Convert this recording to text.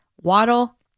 Waddle